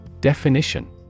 Definition